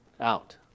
Out